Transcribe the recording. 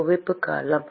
குவிப்பு காலம்